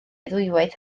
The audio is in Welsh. ddwywaith